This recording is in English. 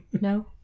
No